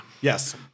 Yes